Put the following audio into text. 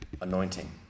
anointing